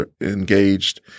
engaged